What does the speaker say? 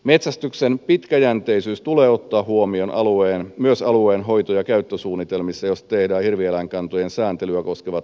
metsästyksen pitkäjänteisyys tulee ottaa huomioon myös alueen hoito ja käyttösuunnitelmissa joissa tehdään hirvieläinkantojen sääntelyä koskevat linjaukset